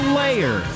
layer